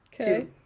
Okay